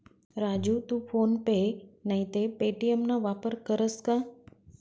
राजू तू PhonePe नैते Paytm ना वापर करस का?